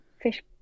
fish